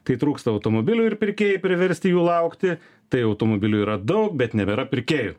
tai trūksta automobilių ir pirkėjai priversti jų laukti tai automobilį radau bet nebėra pirkėjų